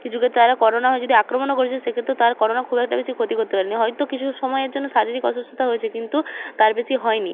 কিছু ক্ষেত্রে তারা করোনা হয় যদি আক্রমণও করেছে সেক্ষেত্রে তার করোনা খুব একটা বেশি ক্ষতি করতে পারেনি হয়তো কিছু সময়ের জন্য শারীরিক অসুস্থতা হয়েছে কিন্তু তার বেশি হয়নি